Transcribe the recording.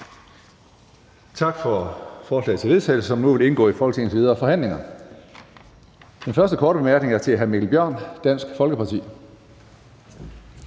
Tak for forslaget til vedtagelse, som nu vil indgå i Folketingets videre forhandlinger. Den første korte bemærkning er til hr. Mikkel Bjørn, Dansk Folkeparti.